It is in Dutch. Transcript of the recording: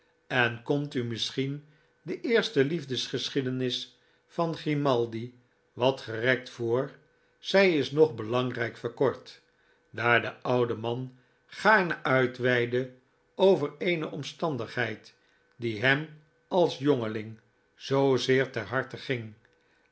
en komt u misschien de eerste liefdesgeschiedenis van grimaldi wat gerekt voor zij is nog belangrijk verkort daar de oude man gaarne uitweidde over eene omstandigheid die hem als jongeling zoozeer ter harte ging